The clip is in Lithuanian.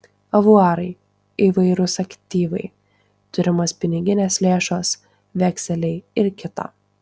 avuarai įvairūs aktyvai turimos piniginės lėšos vekseliai ir kita